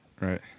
right